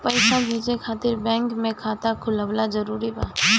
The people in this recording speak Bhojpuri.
पईसा भेजे खातिर बैंक मे खाता खुलवाअल जरूरी बा?